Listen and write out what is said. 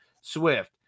Swift